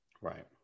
right